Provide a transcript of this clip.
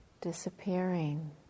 disappearing